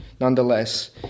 nonetheless